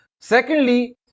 Secondly